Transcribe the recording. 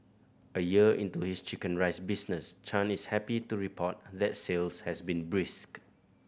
a year into his chicken rice business Chan is happy to report that sales has been brisk